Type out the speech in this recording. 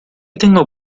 tengo